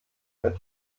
mit